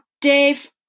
Dave